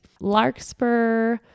Larkspur